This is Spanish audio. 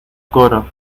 coro